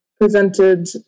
presented